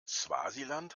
swasiland